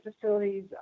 facilities